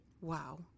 Wow